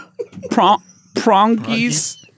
prongies